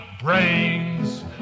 brains